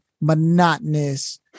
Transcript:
monotonous